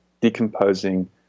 decomposing